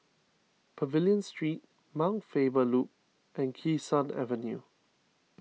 Pavilion Street Mount Faber Loop and Kee Sud Avenue